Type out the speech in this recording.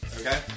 Okay